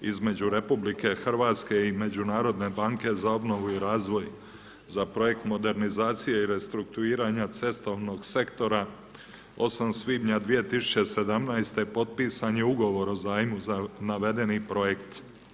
između RH i Međunarodne banke za obnovu i razvoj za projekt „Modernizacije i restrukturiranje cestovnog sektora“ 8. svibnja 2017. potpisan je ugovor o zajmu za navedeni projekt.